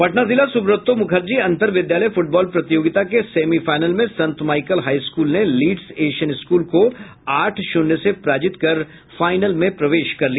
पटना जिला सुब्रतो मुखर्जी अंतर विद्यालय फुटबॉल प्रतियोगिता के सेमीफाइनल में संत माइकल हाई स्कूल ने लीड्स एशियन स्कूल को आठ शून्य से पराजित कर फाइनल में प्रवेश किया